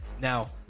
Now